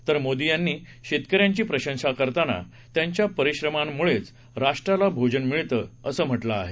तर मोदी यांनी शेतकर्यांची प्रशंसा करताना त्यांच्या परिश्रमांमुळेच राष्ट्राला भोजन मिळतं असं म्हटलं आहे